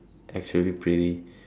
actually pretty